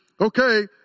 okay